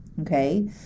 Okay